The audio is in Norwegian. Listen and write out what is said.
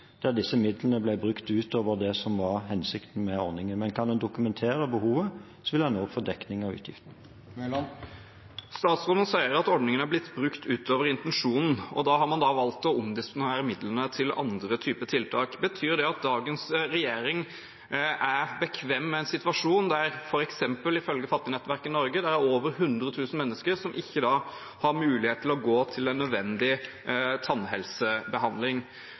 der disse midlene ble brukt utover det som var hensikten med ordningen. Men hvis en kan dokumentere behovet, vil en også få dekning av utgiftene. Statsråden sier at ordningen har blitt brukt utover intensjonen, og da har man valgt å omdisponere midlene til andre typer tiltak. Betyr det at dagens regjering er bekvem med en situasjon der f.eks. – ifølge Fattignettverket Norge – over 100 000 mennesker ikke har mulighet til å gå til en nødvendig tannhelsebehandling?